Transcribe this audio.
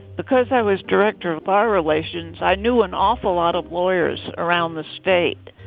because i was director of bar relations. i knew an awful lot of lawyers around the state.